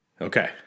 Okay